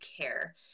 care